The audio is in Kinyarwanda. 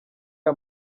aya